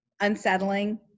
Unsettling